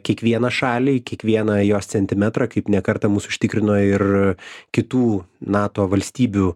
kiekvieną šalį kiekvieną jos centimetrą kaip ne kartą mus užtikrino ir kitų nato valstybių